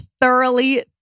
thoroughly